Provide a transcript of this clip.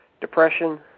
depression